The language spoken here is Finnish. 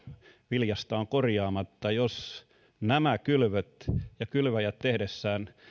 viljasta on korjaamatta jos nämä kylväjät tehdessään